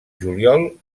juliol